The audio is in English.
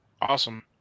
Awesome